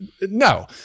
no